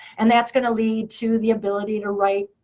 and that's going to lead to the ability to write,